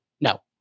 No